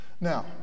now